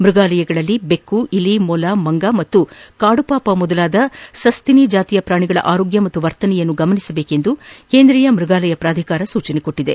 ಮೃಗಾಲಯಗಳಲ್ಲಿ ಬೆಕ್ನು ಇಲಿಮೊಲ ಮಂಗ ಮತ್ತು ಕಾಡುಪಾಪ ಮೊದಲಾದ ಸಸ್ತನಿಜಾತಿಯ ಪ್ರಾಣಿಗಳ ಆರೋಗ್ಲ ಮತ್ತು ವರ್ತನೆಯ ಗಮನಿಸಬೇಕು ಕೇಂದ್ರೀಯ ಮ್ಬಗಾಲಯ ಪ್ರಾಧಿಕಾರ ಸೂಚಿಸಿದೆ